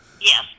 Yes